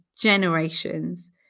generations